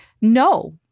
No